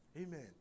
Amen